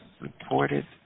reported